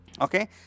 Okay